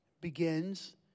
begins